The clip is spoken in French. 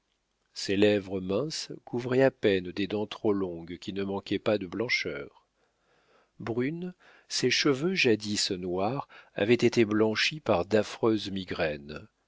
ses lèvres minces couvraient à peine des dents trop longues qui ne manquaient pas de blancheur brune ses cheveux jadis noirs avaient été blanchis par d'affreuses migraines